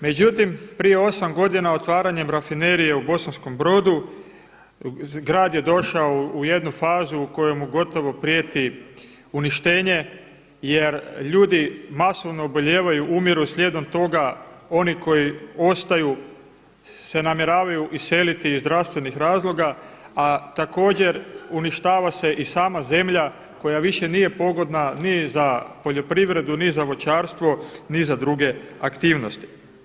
Međutim, prije 8 godina otvaranjem Rafinerije u Bosanskom Brodu grad je došao u jednu fazu u koje mu gotovo prijeti uništenje jer ljudi masovno obolijevaju, umiru slijedom toga, oni koji ostaju se namjeravaju iseliti iz zdravstvenih razloga a također uništava se i sama zemlja koja više nije pogodna ni za poljoprivredu, ni za voćarstvo ni za druge aktivnosti.